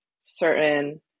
certain